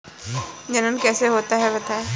जनन कैसे होता है बताएँ?